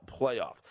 playoff